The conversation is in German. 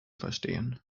verstehen